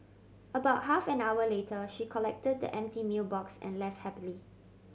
about half an hour later she collected the empty meal box and left happily